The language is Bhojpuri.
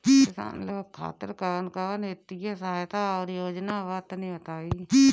किसान लोग खातिर कवन कवन वित्तीय सहायता और योजना बा तनि बताई?